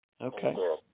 Okay